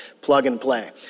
plug-and-play